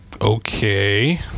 okay